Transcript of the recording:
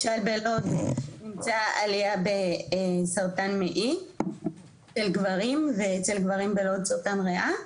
למשל נמצאה עלייה בסרטן מעי לגברים ואצל גברים בלוד סרטן ריאה.